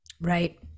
Right